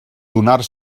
donar